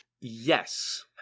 Yes